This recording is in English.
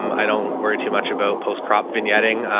um i don't worry too much about post crop vignetting.